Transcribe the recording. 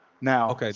Now